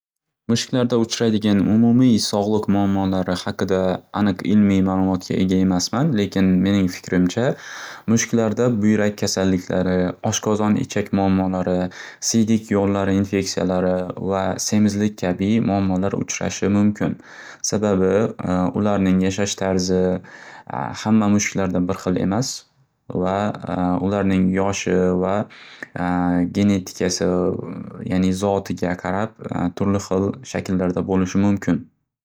Mushuklarda uchraydigan umumiy sog'liq muammolari haqida aniq ilmiy ma'lumotga ega emasman, lekin mening fikrimcha mushuklarda buyrak kasalliklari, oshqozon ichak muammolari, siydik yo'llari infeksiyalari va semizlik kabi muammolar uchrashi mumkin. Sababi ularning yashash tarzi hamma mushuklarda bir xil emas va ularning yoshi va genatikasi yani zotiga qarab turli xil shakllarda bo'lishi mumkin.